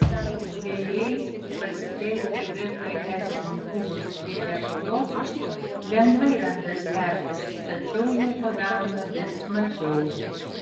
žvejai pasitelkę gps imtuvus ir echolotus lengvai randa sterkus tačiau jų pagauna vis mažiau